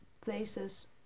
places